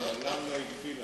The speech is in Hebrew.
הוא מעולם לא הגביל אותי.